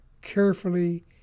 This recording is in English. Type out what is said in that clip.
carefully